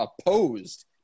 opposed